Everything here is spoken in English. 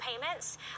payments